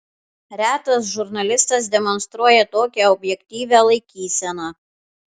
retas žurnalistas demonstruoja tokią objektyvią laikyseną